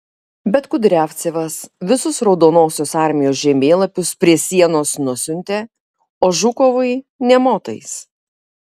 bet kudriavcevas visus raudonosios armijos žemėlapius prie sienos nusiuntė o žukovui nė motais